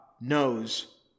knows